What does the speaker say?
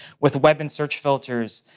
with web and search filters,